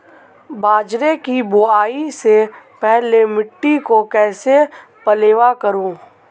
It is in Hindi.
बाजरे की बुआई से पहले मिट्टी को कैसे पलेवा करूं?